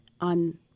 on